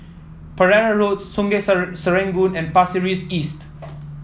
Pereira Road Sungei Serangoon and Pasir Ris East